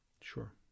Sure